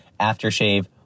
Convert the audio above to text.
aftershave